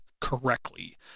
correctly